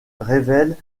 révèlent